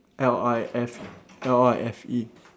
L I F L I F E